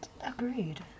Agreed